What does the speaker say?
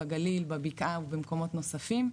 בגליל, בבקעה ובמקומות נוספים.